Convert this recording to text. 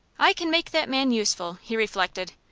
i can make that man useful! he reflected.